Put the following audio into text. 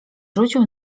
rzucił